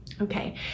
Okay